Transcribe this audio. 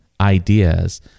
ideas